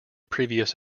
previous